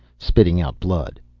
spitting out blood.